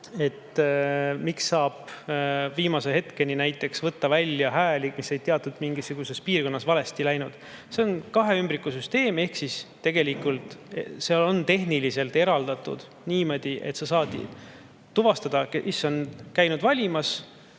näiteks viimase hetkeni võtta välja hääli, mis olid mingisuguses piirkonnas valesti läinud. See on kahe ümbriku süsteem ehk seal on see tehniliselt eraldatud niimoodi, et sa saad tuvastada, kes on käinud valimas,